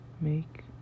make